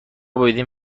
بدین